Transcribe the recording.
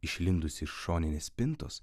išlindusi iš šoninės spintos